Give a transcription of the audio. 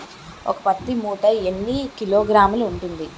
ఒక పత్తి మూట ఎన్ని కిలోగ్రాములు ఉంటుంది?